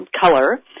color